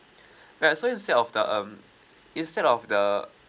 well so instead of the um instead of the